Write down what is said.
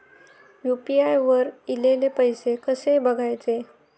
UPI वर ईलेले पैसे कसे बघायचे?